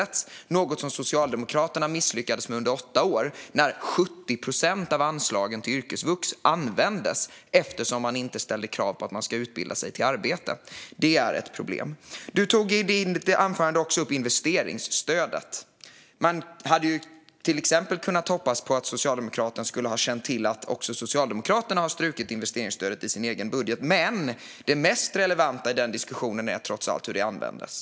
Det misslyckades Socialdemokraterna med under åtta år, när 70 procent av anslagen till yrkesvux användes eftersom det inte ställdes krav på att man ska utbilda sig till arbete. Det är ett problem. Ledamoten tog i sitt anförande också upp investeringsstödet. Man hade kunnat hoppas på att Socialdemokraterna hade känt till att även Socialdemokraterna har strukit investeringsstödet i sin budget. Men det mest relevanta i den diskussionen är trots allt hur det användes.